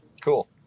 Cool